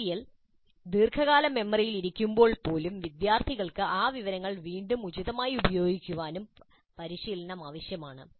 material ദീർഘകാല മെമ്മറിയിലായിരിക്കുമ്പോൾ പോലും വിദ്യാർത്ഥികൾക്ക് ആ വിവരങ്ങൾ വീണ്ടെടുക്കാനും ഉചിതമായി ഉപയോഗിക്കാനും പരിശീലനം ആവശ്യമാണ്